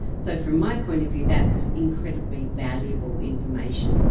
so from my point of view that's incredibly valuable information.